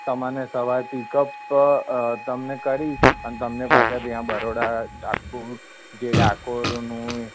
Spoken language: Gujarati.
તમને સવાર પીકઅપ તમને કરી અને તમને પાછા ત્યાં બરોડા આખું જે ડાકોરનું